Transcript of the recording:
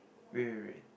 wait wait wait